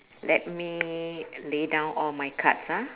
let me lay down all my cards ah